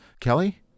Kelly